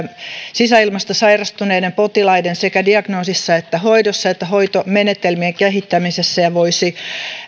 sisäilmasta sairastuneiden potilaiden diagnoosissa hoidossa ja hoitomenetelmien kehittämisessä ja